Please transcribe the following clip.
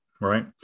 Right